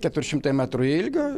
keturi šimtai metrų ilgio